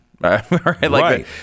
right